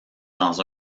dans